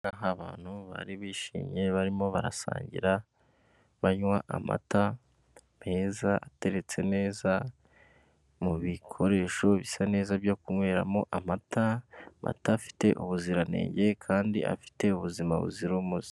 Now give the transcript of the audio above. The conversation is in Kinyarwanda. Aha ngaha abantu bari bishimye barimo barasangira, banywa amata meza, ateretse neza, mu bikoresho bisa neza byo kunyweramo amata, amata afite ubuziranenge kandi afite ubuzima buzira umuze.